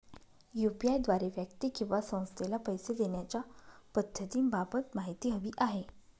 UPI द्वारे व्यक्ती किंवा संस्थेला पैसे देण्याच्या पद्धतींबाबत माहिती हवी आहे